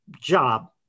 job